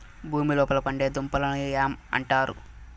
భూమి లోపల పండే దుంపలను యామ్ అంటారు